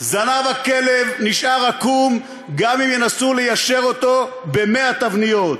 זנב הכלב נשאר עקום גם אם ינסו ליישר אותו ב-100 תבניות.